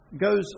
goes